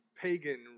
pagan